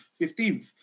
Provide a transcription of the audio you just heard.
15th